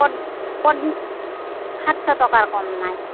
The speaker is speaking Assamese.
পদ পদ সাতশ টকাৰ কম নাই